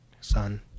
son